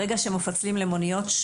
ברגע שמפצלים למוניות,